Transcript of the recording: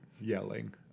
yelling